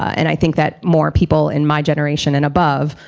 and i think that more people in my generation and above,